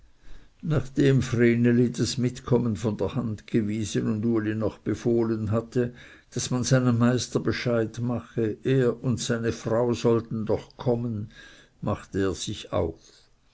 nachdem vreneli das mitkommen von der hand gewiesen und uli noch befohlen hatte daß man seinem meister bescheid mache er und seine frau sollten doch kommen machte er sich auf